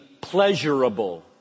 pleasurable